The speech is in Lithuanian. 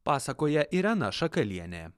pasakoja irena šakalienė